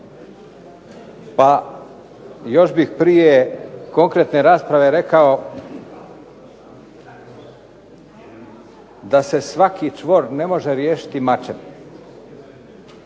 pa još bih prije konkretne rasprave rekao da se svaki čvor ne može riješiti mačem.